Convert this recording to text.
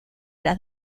las